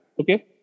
Okay